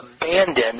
abandoned